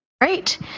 Great